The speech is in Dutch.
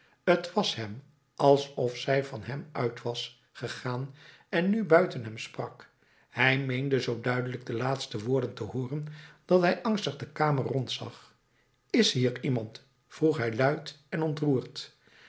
t was hem alsof zij van hem uit was gegaan en nu buiten hem sprak hij meende zoo duidelijk de laatste woorden te hooren dat hij angstig de kamer rondzag is hier iemand vroeg hij luid en ontroerd